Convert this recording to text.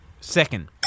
Second